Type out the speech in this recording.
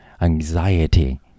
anxiety